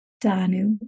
Danu